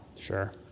Sure